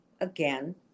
again